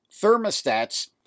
thermostats